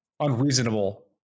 unreasonable